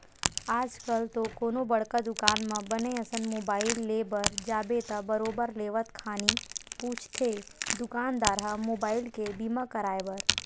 आजकल तो कोनो बड़का दुकान म बने असन मुबाइल ले बर जाबे त बरोबर लेवत खानी पूछथे दुकानदार ह मुबाइल के बीमा कराय बर